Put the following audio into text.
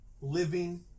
living